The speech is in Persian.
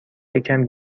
یکم